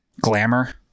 glamour